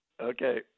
Okay